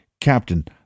Captain